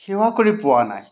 সেৱা কৰি পোৱা নাই